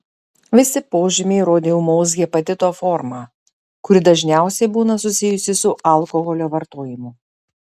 visi požymiai rodė ūmaus hepatito formą kuri dažniausiai būna susijusi su alkoholio vartojimu